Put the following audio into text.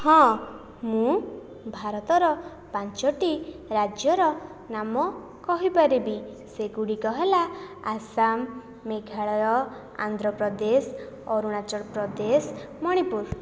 ହଁ ମୁଁ ଭାରତର ପାଞ୍ଚଟି ରାଜ୍ୟର ନାମ କହିପାରିବି ସେଗୁଡ଼ିକ ହେଲା ଆସାମ ମେଘାଳୟ ଆନ୍ଧ୍ରପ୍ରଦେଶ ଅରୁଣାଚଳପ୍ରଦେଶ ମଣିପୁର